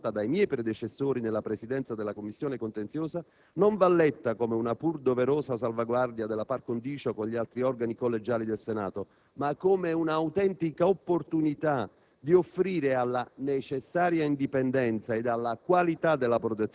La possibilità di attivare rapporti consulenziali e di segreteria particolare, avanzata dai miei predecessori nella Presidenza della Commissione contenziosa, non va letta come una pur doverosa salvaguardia della *par condicio* con gli altri organi collegiali del Senato, ma come una autentica opportunità